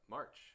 March